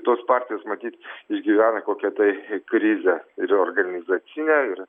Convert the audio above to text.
tos partijos matyt išgyvena kokią tai krizę ir organizacinę ir